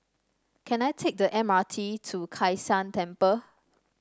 can I take the M R T to Kai San Temple